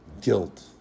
guilt